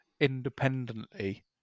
independently